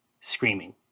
screaming